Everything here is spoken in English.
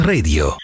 Radio